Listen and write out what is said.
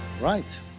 Right